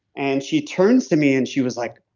and she turns to me and she was like,